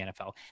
NFL